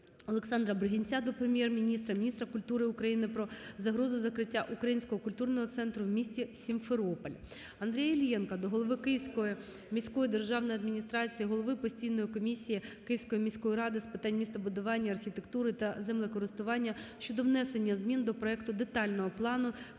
Олександра Бригинця до Прем'єр-міністра, міністра культури України про загрозу закриття Українського культурного центру в місті Сімферополь. Андрія Іллєнка до голови Київської міської державної адміністрації, голови постійної комісії Київської міської ради з питань містобудування, архітектури та землекористування щодо внесення змін до проекту Детального плану території в